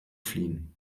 fliehen